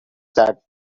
that